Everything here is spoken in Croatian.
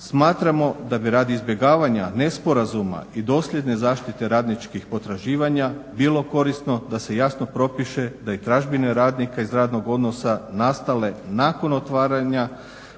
Smatramo da bi radi izbjegavanja nesporazuma i dosljedne zaštite radničkih potraživanja bilo korisno da se jasno propiše da i tražbine radnika iz radnog odnosa nastale nakon otvaranja